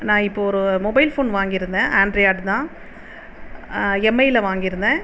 நான் இப்போது ஒரு மொபைல் ஃபோன் வாங்கியிருந்தேன் ஆண்ட்ரியாடு தான் எம்ஐயில் வாங்கியிருந்தேன்